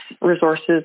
resources